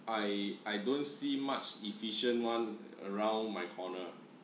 I I don't see much efficient one around my corner